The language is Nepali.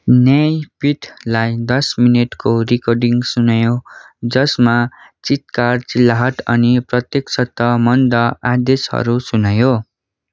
न्यायपिठलाई दस मिनटको रिकर्डिङ सुनाइयो जसमा चित्कार चिल्लाहट अनि प्रत्यक्षत मन्द आदेशहरू सुनियो